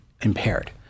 impaired